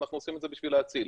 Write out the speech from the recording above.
אנחנו עושים את זה בשביל להציל.